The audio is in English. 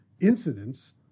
incidents